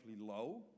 low